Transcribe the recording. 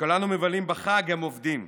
כשכולנו מבלים בחג, הם עובדים.